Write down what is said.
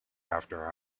after